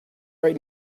right